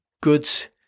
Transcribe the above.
goods